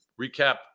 recap